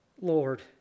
Lord